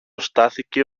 στάθηκε